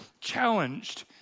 challenged